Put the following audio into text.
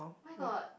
where got